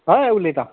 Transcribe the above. हय उलयता